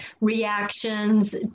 reactions